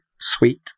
sweet